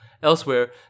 Elsewhere